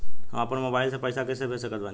हम अपना मोबाइल से पैसा कैसे भेज सकत बानी?